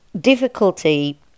difficulty